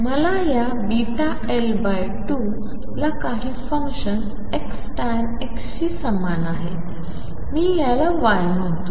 मला या βL2ला काही फंक्शन X tan X शी समान आहेत मी याला Y म्हुणतो